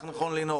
כך נכון לנהוג.